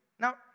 Now